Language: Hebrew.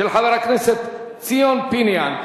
של חבר הכנסת ציון פיניאן.